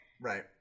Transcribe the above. Right